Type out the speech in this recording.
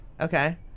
Okay